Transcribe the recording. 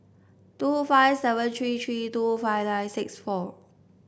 two five seven three three two five nine six four